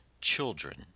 children